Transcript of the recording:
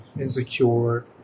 insecure